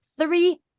three